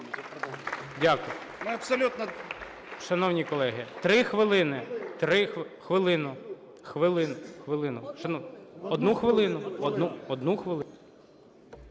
Дякую. Шановні колеги, 3 хвилини, 3... хвилину, хвилину. Одну хвилину. Одну хвилину.